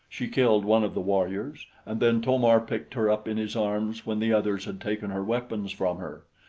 she killed one of the warriors, and then to-mar picked her up in his arms when the others had taken her weapons from her.